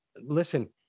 Listen